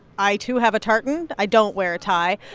i, too, have a tartan. i don't wear a tie.